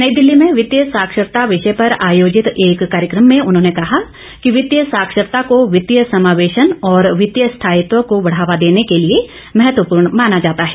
नई दिल्ली में वित्तीय साक्षरता विषय पर आयोजित एक कार्यक्रम में उन्होंने कहा कि वित्तीय साक्षरता को वित्तीय समावेशन और वित्तीय स्थायित्व को बढ़ावा देने के लिए महत्वपूर्ण माना जाता है